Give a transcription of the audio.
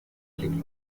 klick